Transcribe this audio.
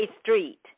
street